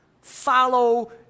Follow